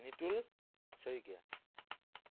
Nitul Saikia